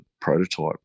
prototype